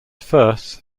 first